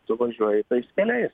tu važiuoji tais keliais